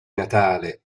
natale